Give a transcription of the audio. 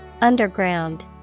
underground